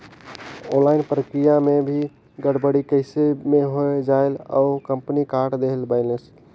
Online प्रक्रिया मे भी गड़बड़ी कइसे मे हो जायेल और कंपनी काट देहेल बैलेंस?